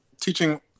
teaching